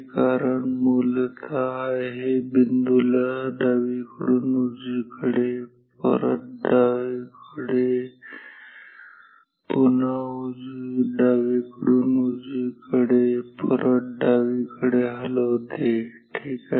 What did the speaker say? कारण मूलत हे बिंदुला डावीकडून उजवीकडे परत डावीकडे पुन्हा डावीकडून उजवीकडे परत डावीकडे हलवते ठीक आहे